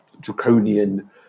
draconian